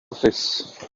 office